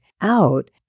out